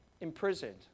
imprisoned